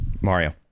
Mario